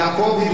יעקב,